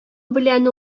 белән